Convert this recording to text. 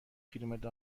کیلومتر